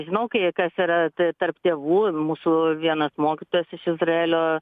žinok jei kas yra t tarp tėvų ir mūsų vienas mokytojas iš izraelio